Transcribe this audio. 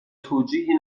توجیهی